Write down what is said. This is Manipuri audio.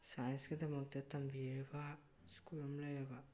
ꯁꯥꯏꯟꯁꯀꯤꯗꯃꯛꯇ ꯇꯝꯕꯤꯔꯤꯕ ꯁ꯭ꯀꯨꯜ ꯑꯃ ꯂꯩꯌꯦꯕ